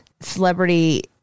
celebrity